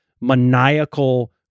maniacal